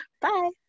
bye